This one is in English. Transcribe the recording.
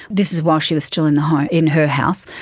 this is while she was still in her in her house.